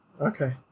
Okay